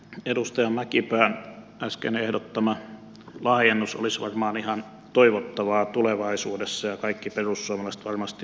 edustaja mäkipään äsken ehdottama laajennus olisi varmaan ihan toivottava tulevaisuudessa ja kaikki perussuomalaiset varmasti ovat sen takana